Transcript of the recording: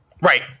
Right